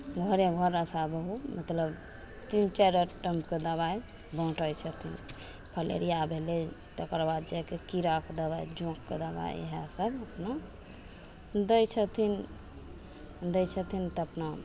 घरे घर आशा बहु मतलब तीन चाइर आइटम के दबाइ बाँटय छथिन फलेरिया भेलय तकर बाद जाके कीड़ाके दबाइ जोङ्कके दबाइ इएह सब अपना दै छथिन दै छथिन तऽ अपना